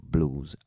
Blues